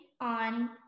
on